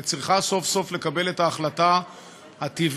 אבל היא צריכה סוף-סוף לקבל את ההחלטה הטבעית,